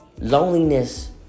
loneliness